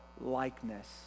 likeness